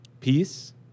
peace